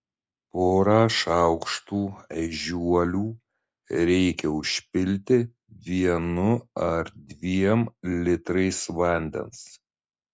porą šaukštų ežiuolių reikia užpilti vienu ar dviem litrais vandens